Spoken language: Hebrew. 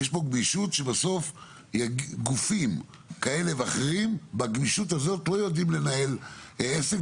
יש פה גמישות שבסוף גופים כאלה ואחרים בגמישות הזאת לא יודעים לנהל עסק,